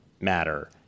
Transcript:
matter